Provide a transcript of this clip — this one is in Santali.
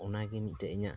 ᱚᱱᱟᱜᱮ ᱢᱤᱫᱛᱮᱡ ᱤᱧᱟᱹᱜ